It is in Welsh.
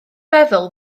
feddwl